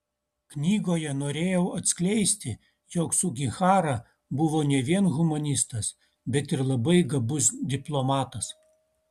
knygoje norėjau atskleisti jog sugihara buvo ne vien humanistas bet ir labai gabus diplomatas